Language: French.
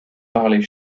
parlait